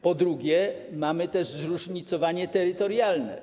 Po drugie, mamy też zróżnicowanie terytorialne.